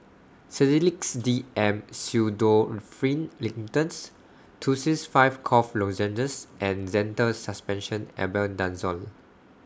Sedilix D M Pseudoephrine Linctus Tussils five Cough Lozenges and Zental Suspension Albendazole